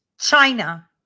China